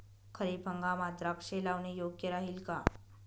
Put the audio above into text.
खरीप हंगामात द्राक्षे लावणे योग्य राहिल का?